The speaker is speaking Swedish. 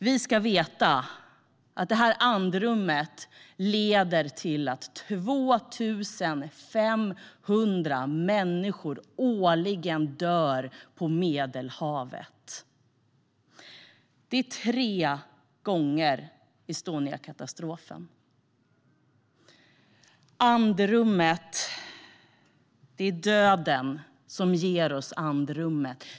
Vi ska veta att det andrummet leder till att 2 500 människor årligen dör på Medelhavet. Det är tre gånger Estoniakatastrofen. Det är döden som ger oss andrummet.